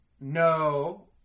No